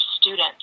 students